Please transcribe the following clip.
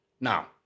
Now